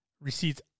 receipts